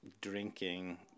drinking